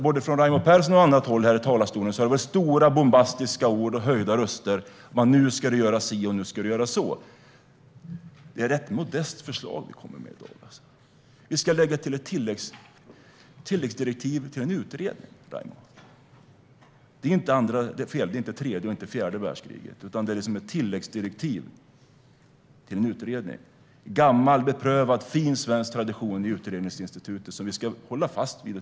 Såväl Raimo Pärssinen som andra har med höjda röster och stora och bombastiska ord här i talarstolen sagt att "nu ska det göras si, och nu ska det göras så". Det är ett ganska modest förslag vi kommer med i dag. Vi föreslår ett tilläggsdirektiv till en utredning, Raimo. Det handlar inte om tredje eller fjärde världskriget. Det handlar om ett tilläggsdirektiv till en utredning - en gammal, beprövad och fin svensk tradition när det gäller utredningar som vi ska hålla fast vid.